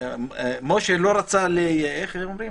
משה לא רצה איך אומרים?